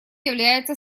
является